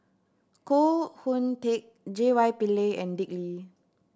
Koh Hoon Teck J Y Pillay and Dick Lee